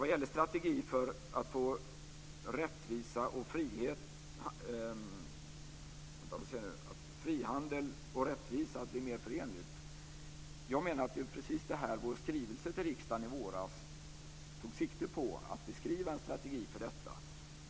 Vad gäller strategier för att få frihandel och rättvisa att bli mer förenliga menar jag att det var precis det som vår skrivelse till riksdagen i våras tog sikte på. Den tog sikte på att beskriva en strategi för detta.